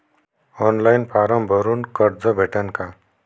Online form भरून कर्ज भेटन का?